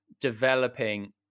developing